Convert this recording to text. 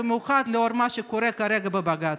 במיוחד לאור מה שקורה כרגע בבג"ץ.